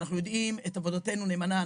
ואנחנו יודעים את עבודתנו נאמנה.